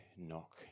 knock